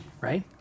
right